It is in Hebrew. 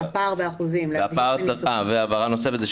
הבהרה נוספת.